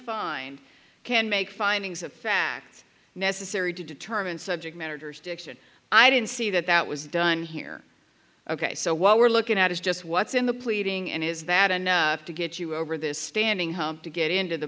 find can make findings of fact necessary to determine subject matters dixon i didn't see that that was done here ok so while we're looking at is just what's in the pleading and is that enough to get you over this standing hump to get into the